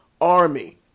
army